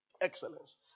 Excellence